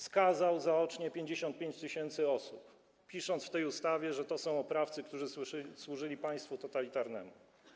Skazał zaocznie 55 tys. osób, pisząc w tej ustawie, że to są oprawcy, którzy służyli państwu totalitarnemu.